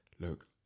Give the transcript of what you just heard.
look